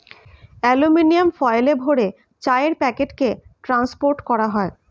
aluminium ফয়েলে ভরে চায়ের প্যাকেটকে ট্রান্সপোর্ট করা হয়